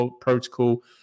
protocol